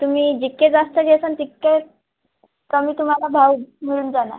तुम्ही जितके जास्त घेसाल तितके कमी तुम्हाला भाव मिळून जाणार